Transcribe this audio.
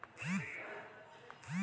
UPI वापराची सोपी पद्धत हाय का?